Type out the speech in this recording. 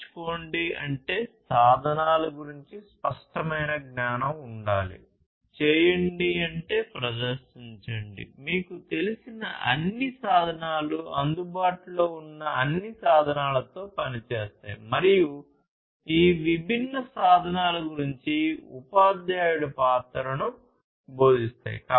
నేర్చుకోండి అంటే సాధనాల గురించి స్పష్టమైన జ్ఞానం ఉండాలి చేయండి అంటే ప్రదర్శించండి మీకు తెలిసిన అన్ని సాధనాలు అందుబాటులో ఉన్న అన్ని సాధనాలతో పనిచేస్తాయి మరియు ఈ విభిన్న సాధనాల గురించి ఉపాధ్యాయుడి పాత్రను బోధిస్తాయి